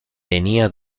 tenía